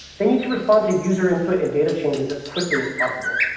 they need to respond to user input and data changes as quickly as possible.